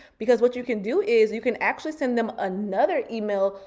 because what you can do is you can actually send them another email,